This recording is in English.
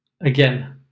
again